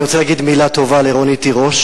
אני רוצה להגיד מלה טובה לרונית תירוש